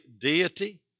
deity